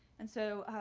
and so,